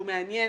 מעניין